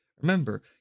Remember